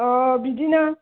बिदिनो